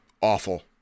awful